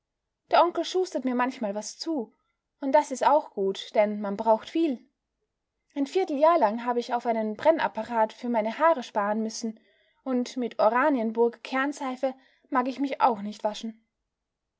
der onkel schustert mir manchmal was zu und das is auch gut denn man braucht viel ein vierteljahr lang hab ich auf einen brennapparat für meine haare sparen müssen und mit oranienburger kernseife mag ich mich auch nicht waschen